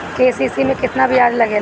KCC में केतना ब्याज लगेला?